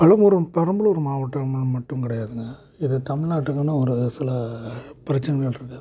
பெலம்பெறும் பெரம்பலூர் மாவட்டம் ம மட்டும் கிடையாதுங்க இது தமிழ்நாட்டுக்குனு ஒரு சில பிரச்சனைகள் இருக்குது